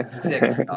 six